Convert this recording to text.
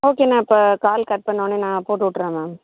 okay நான் இப்போ call cut பண்ணவொடன்னே நான் போட்டு விட்டுறேன் மேம்